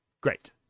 Great